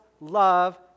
love